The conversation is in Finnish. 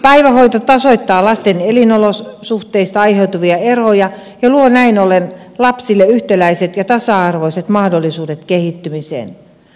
päivähoito tasoittaa lasten elinolosuhteista aiheutuvia eroja ja luo näin ollen lapsille yhtäläiset ja tasa arvoiset mahdollisuudet kehittymiseen